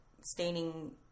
staining